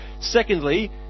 Secondly